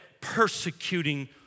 persecuting